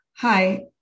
Hi